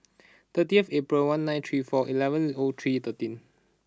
thirtieth April one nine three four eleven O three thirteen